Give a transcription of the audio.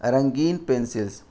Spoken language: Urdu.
رنگین پینسلس